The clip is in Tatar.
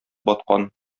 баткан